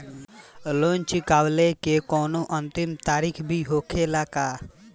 Loan चुकवले के कौनो अंतिम तारीख भी होला का?